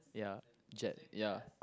ya jet ya